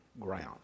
ground